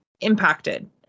impacted